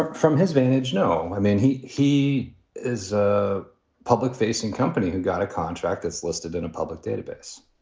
from his vantage, no. i mean, he he is a public facing company who got a contract that's listed in a public database.